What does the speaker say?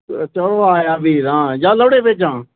चलो आया फ्ही तां जां लोह्ड़े गी भेजां